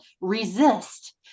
resist